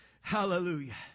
Hallelujah